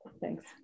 Thanks